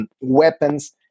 weapons